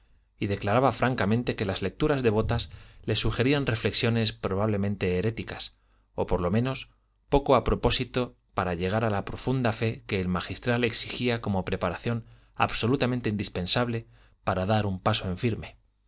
y declaraba francamente que las lecturas devotas le sugerían reflexiones probablemente heréticas o por lo menos poco a propósito para llegar a la profunda fe que el magistral exigía como preparación absolutamente indispensable para dar un paso en firme